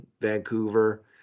Vancouver